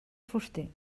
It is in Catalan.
fuster